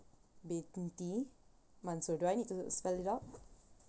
binti mansor do I need to spell it out